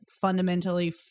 fundamentally